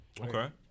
Okay